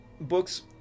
books